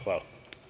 Hvala.